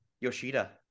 Yoshida